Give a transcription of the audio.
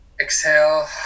exhale